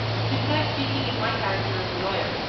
it implies speaking in my character as a lawyer,